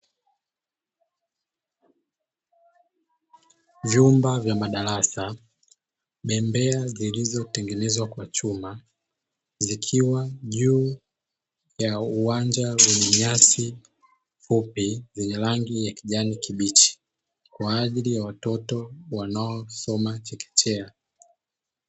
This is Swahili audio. Vyumba vya madarasa, bembea zilizotengenezwa kwa chuma zikiwa juu ya uwanja wenye nyasi fupi zenye rangi ya kijani kibichi kwa ajili ya watoto wanaosoma chekechea.